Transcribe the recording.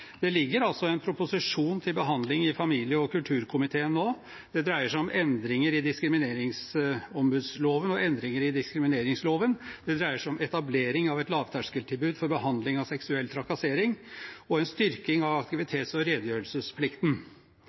Det ligger altså en proposisjon til behandling i familie- og kulturkomiteen nå. Det dreier seg om endringer i diskrimineringsombudsloven og endringer i diskrimineringsloven, det dreier seg om etablering av et lavterskeltilbud for behandling av seksuell trakassering og en styrking av aktivitets- og redegjørelsesplikten.